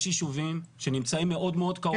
יש ישובים שנמצאים מאוד מאד קרוב.